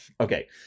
Okay